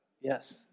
Yes